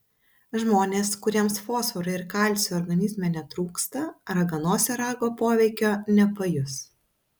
žmonės kuriems fosforo ir kalcio organizme netrūksta raganosio rago poveikio nepajus